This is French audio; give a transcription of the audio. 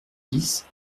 dix